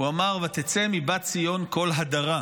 הוא אמר: "ויצא מבת ציון כל הדרה".